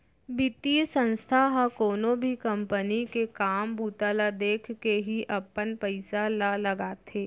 बितीय संस्था ह कोनो भी कंपनी के काम बूता ल देखके ही अपन पइसा ल लगाथे